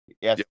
Yes